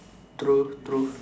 true true